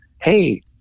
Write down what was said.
Hey